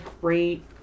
great